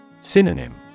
Synonym